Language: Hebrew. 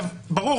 ברור,